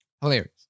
hilarious